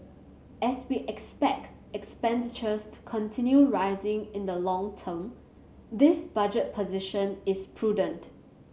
as we expect expenditures to continue rising in the long term this budget position is prudent